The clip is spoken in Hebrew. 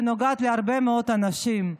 שנוגעת להרבה מאוד אנשים.